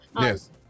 Yes